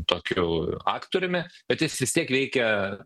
tokiu aktoriumi bet jis vis tiek veikia